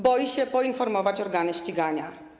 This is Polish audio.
Boi się poinformować organy ścigania.